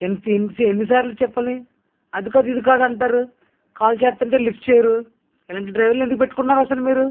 ఇంత ఇన్సి ఎన్నిసార్లు చెప్పాలి అది కాదు ఇది కాదు అంటారు కాల్ చేస్తుంటే లిఫ్ట్ చేయరు ఇలాంటి డ్రైవర్లని ఎందుకు పెట్టుకున్నారు అసలు మీరు